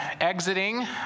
exiting